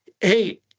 hey